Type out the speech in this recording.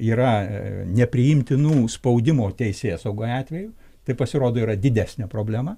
yra nepriimtinų spaudimo teisėsaugai atvejų tai pasirodo yra didesnė problema